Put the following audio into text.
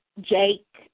Jake